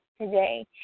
today